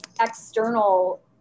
external